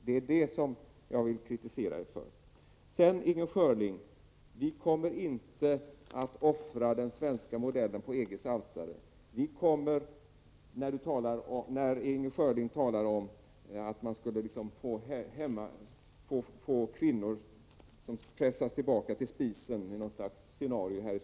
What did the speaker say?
Det är detta jag vill kritisera er för. Vi kommer inte, Inger Schörling, att offra den svenska modellen på EGs altare. Inger Schörling talar om ett scenario där kvinnorna i Sverige skulle pressas tillbaka till spisen.